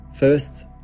First